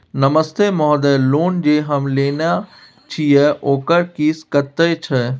नमस्ते महोदय, लोन जे हम लेने छिये ओकर किस्त कत्ते छै?